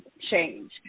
change